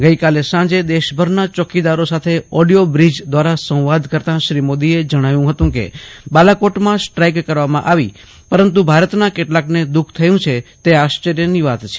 આજે સાંજે દેશભરના ચોકીદારો સાથે ઓડિયોબ્રિજ દ્વારા સંવાદ કરતાં જજ્ઞાવ્યું કે બાલાકોટમાં સ્ટ્રાઇક કરવામાં આવી પરંતુ ભારતના કેટલાકને દુખ થયું છે તે આશ્વર્યની વાત છે